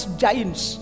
giants